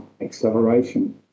acceleration